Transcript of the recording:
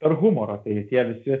per humorą tai tie visi